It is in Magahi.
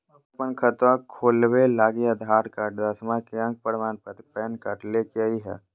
तू अपन खतवा खोलवे लागी आधार कार्ड, दसवां के अक प्रमाण पत्र, पैन कार्ड ले के अइह